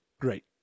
Great